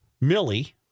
Millie